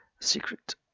secret